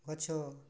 ଗଛ